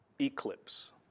Eclipse